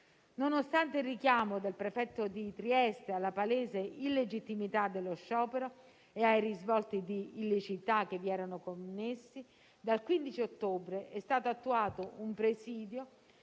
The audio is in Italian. Nonostante il richiamo del prefetto di Trieste alla palese illegittimità dello sciopero e ai risvolti di illiceità che vi erano connessi, dal 15 ottobre è stato attuato un presidio